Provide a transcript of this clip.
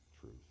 truth